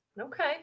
okay